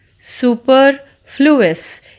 Superfluous